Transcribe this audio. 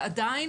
ועדיין